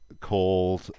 called